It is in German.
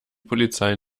polizei